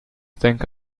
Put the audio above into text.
think